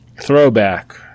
Throwback